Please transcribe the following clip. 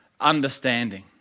understanding